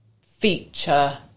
feature